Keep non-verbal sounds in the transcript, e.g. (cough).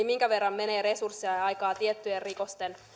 (unintelligible) minkä verran menee resursseja ja aikaa tiettyjen rikosten